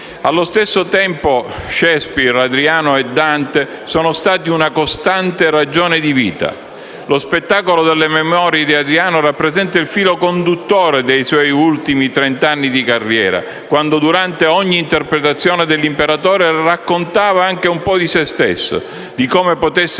Allo stesso tempo, Shakespeare, Adriano e Dante sono stati una costante ragione di vita: lo spettacolo «Memorie di Adriano» rappresenta il filo conduttore dei suoi ultimi trenta anni di carriera, quando durante ogni interpretazione dell'imperatore raccontava anche un po' di se stesso, di come potesse